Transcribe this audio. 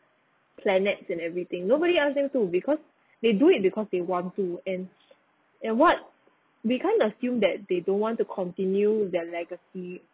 planets and everything nobody ask them to because they do it because they want to and what we kind of assumed that they don't want to continue their legacy